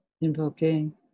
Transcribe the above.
invoking